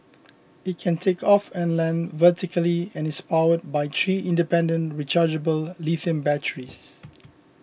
it can take off and land vertically and is powered by three independent rechargeable lithium batteries